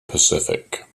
pacific